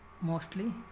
mostly